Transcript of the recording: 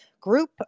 group